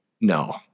no